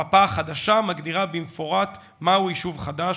המפה החדשה מגדירה במפורט מהו יישוב חדש,